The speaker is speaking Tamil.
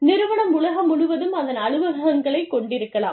நிறுவனம் உலகம் முழுவதும் அதன் அலுவலகங்களைக் கொண்டிருக்கலாம்